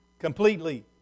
completely